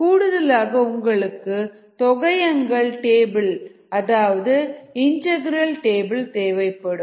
கூடுதலாக உங்களுக்கு தொகையங்கள் டேபிள் அதாவது இண்டெகரல் டேபிள் தேவைப்படும்